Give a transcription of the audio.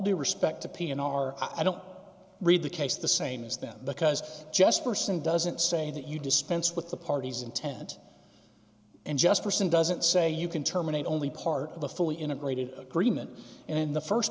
due respect to p n r i don't read the case the same as then because just person doesn't say that you dispense with the parties intent and just person doesn't say you can terminate only part of a fully integrated agreement and the